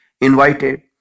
invited